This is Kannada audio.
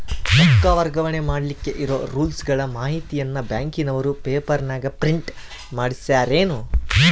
ರೊಕ್ಕ ವರ್ಗಾವಣೆ ಮಾಡಿಲಿಕ್ಕೆ ಇರೋ ರೂಲ್ಸುಗಳ ಮಾಹಿತಿಯನ್ನ ಬ್ಯಾಂಕಿನವರು ಪೇಪರನಾಗ ಪ್ರಿಂಟ್ ಮಾಡಿಸ್ಯಾರೇನು?